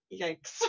Yikes